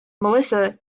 militia